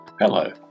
Hello